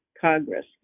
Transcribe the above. Congress